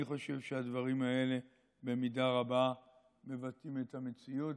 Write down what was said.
אני חושב שהדברים האלה במידה רבה מבטאים את המציאות,